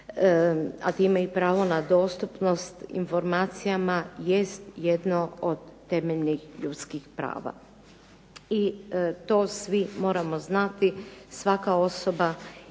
a time i pravo na dostupnost informacijama jest jedno od temeljnih ljudskih prava i to svi moramo znati. Svaka osoba